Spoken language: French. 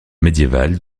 médiéval